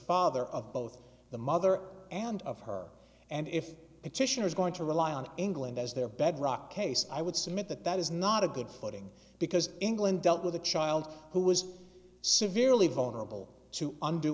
father of both the mother and of her and if a titian is going to rely on england as their bedrock case i would submit that that is not a good footing because england dealt with a child who was severely vulnerable to und